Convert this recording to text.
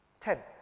Ten